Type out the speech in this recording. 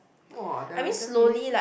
!wah! director meaning